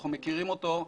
אנחנו מכירים אותו,